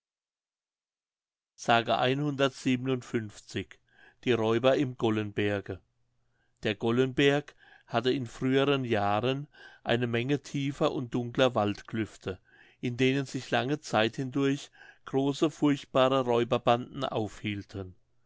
die räuber im gollenberge der gollenberg hatte in früheren jahren eine menge tiefer und dunkler waldklüfte in denen sich lange zeit hindurch große furchtbare räuberbanden aufhielten